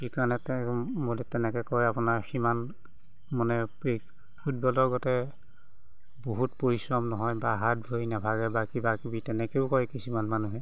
সেইকাৰণে বহুতে তেনেকৈ কয় আপোনাৰ সিমান মানে ফুটবলৰগতে বহুত পৰিশ্ৰম নহয় বা হাট ভৰি নাভাগে কিবাকিবি তেনেকৈও কয় কিছুমান মানুহে